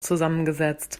zusammengesetzt